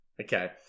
Okay